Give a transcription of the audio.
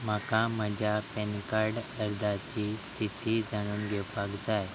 म्हाका म्हज्या PAN card अर्जाची स्थिती जाणून घेवपाक जाय